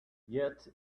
yet